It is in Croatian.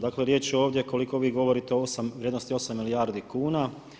Dakle riječ je ovdje koliko vi govorite 8, vrijednosti 8 milijardi kuna.